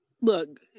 look